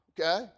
okay